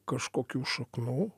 kažkokių šaknų